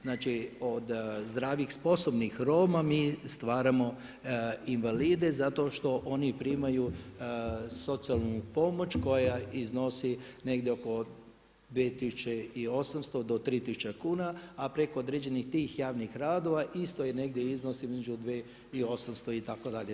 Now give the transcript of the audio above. Znači, od zdravih sposobnih Roma, mi stvarmo invalide, zato što oni primaju socijalnu pomoć, koja iznosi negdje oko 2800-3000 kuna, a preko određenih tih javnih radova, isto je negdje iznos između 2800 itd.